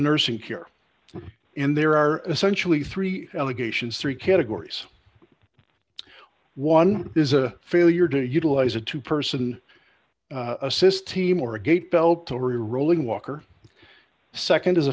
nursing care in there are essentially three allegations three categories one is a failure to utilize a two person assist team or a gate belt or rerolling walker the nd is a